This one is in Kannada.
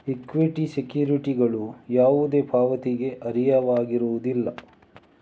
ಈಕ್ವಿಟಿ ಸೆಕ್ಯುರಿಟಿಗಳು ಯಾವುದೇ ಪಾವತಿಗೆ ಅರ್ಹವಾಗಿರುವುದಿಲ್ಲ